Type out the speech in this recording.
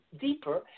deeper